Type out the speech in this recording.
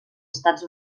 estats